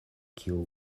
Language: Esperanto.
kiu